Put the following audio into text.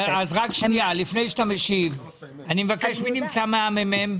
רק שנייה, לפני שאתה משיב, מי נמצא מהמ"מ?